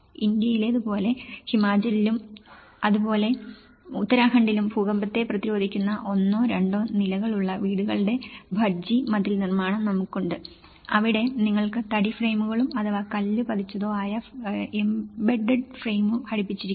ഇന്ത്യയിലേതുപോലെ ഹിമാചലിലും അതുപോലെ ഉത്തരാഖണ്ഡിലും ഭൂകമ്പത്തെ പ്രതിരോധിക്കുന്ന ഒന്നോ രണ്ടോ നിലകളുള്ള വീടുകളുടെ ദജ്ജി മതിൽ നിർമ്മാണം നമുക്കുണ്ട് അവിടെ നിങ്ങൾക്ക് തടി ഫ്രെയിമുകളും അഥവാ കല്ല് പതിച്ചതോ ആയ എംബെഡ്ഡ്ഡ് ഫ്രെയിം ഘടിപ്പിച്ചിരിക്കുന്നു